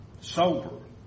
sober